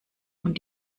und